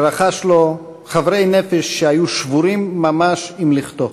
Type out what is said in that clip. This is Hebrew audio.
שרכש לו חברי נפש שהיו שבורים ממש עם לכתו,